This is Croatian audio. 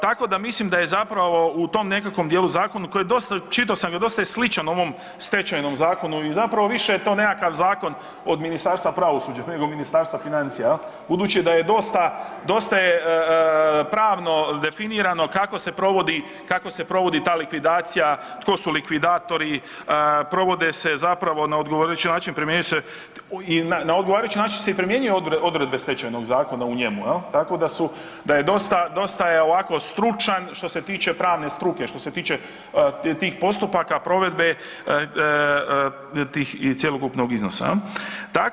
Tako da mislim da je zapravo u tom nekakvom dijelu zakonu, koji je, čitao sam ga, dosta je sličan ovom stečajnom zakonu i zapravo više je to nekakav zakon od Ministarstva pravosuđa nego Ministarstva financija jel, budući da je dosta, dosta je pravno definirano kako se provodi, kako se provodi ta likvidacija, tko su likvidatori, provode se zapravo na odgovarajući način primjenjuju se i, na odgovarajući način se i primjenjuju odredbe stečajnog zakona u njemu, tako da su, da je ovako stručan što se tiče pravne struke što se tiče tih postupaka provedbe, tih i cjelokupnog iznosa jel.